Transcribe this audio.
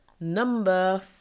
Number